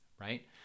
right